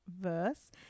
verse